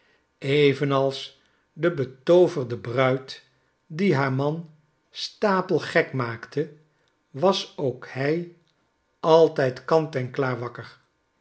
evenals de betooverde bruid die haar man stapelgek maakte wasook hij altijd kant en klaar wakker